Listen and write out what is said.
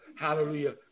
Hallelujah